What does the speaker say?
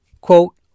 Quote